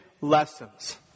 lessons